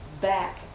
back